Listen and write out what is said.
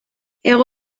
egoera